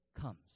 comes